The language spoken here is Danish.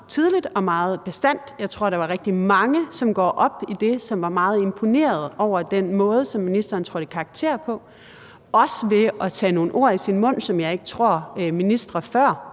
tidligt og meget bastant. Jeg tror, der var rigtig mange, som går op i det, som var meget imponerede over den måde, som ministeren trådte i karakter på, også ved at tage nogle ord i sin mund, som jeg ikke tror at ministre før